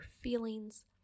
feelings